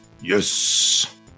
yes